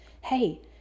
Hey